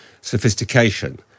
sophistication